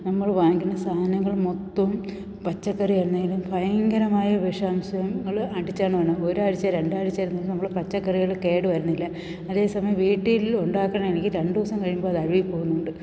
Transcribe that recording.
നമ്മൾ വാങ്ങിക്കുന്ന സാധനങ്ങൾ മൊത്തവും പച്ചക്കറി തന്നേലും ഭയങ്കരമായ വിഷാംശങ്ങൾ അടിച്ചാണ് വരണേ ഒരാഴ്ച്ച രണ്ടാഴ്ച്ചയേ ഇരുന്നാലും നമ്മൾ പച്ചക്കറികൾ കേടുവരണില്ല അതേസമയം വീട്ടിൽ ഉണ്ടാക്കണേണെങ്കിൽ രണ്ടു ദിവസം കഴിയുമ്പോൾ അതഴികിപ്പോകുന്നുണ്ട്